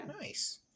nice